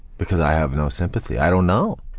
because i have no sympathy. i don't know.